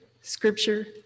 scripture